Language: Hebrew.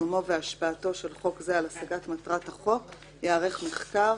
יישומו והשפעתו של חוק זה על השגת מטרת החוק ייערך מחקר,